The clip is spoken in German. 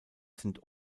sind